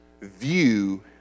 view